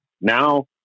now